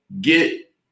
Get